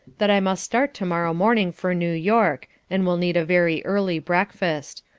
that i must start to-morrow morning for new york, and will need a very early breakfast.